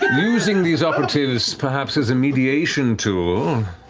but using these operatives perhaps as a mediation tool,